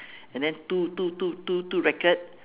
and then two two two two two racket